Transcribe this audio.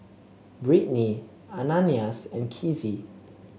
Brittnee Ananias and Kizzy